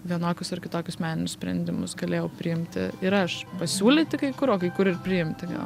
vienokius ar kitokius meninius sprendimus galėjau priimti ir aš pasiūlyti kai kur o kai kur ir priimti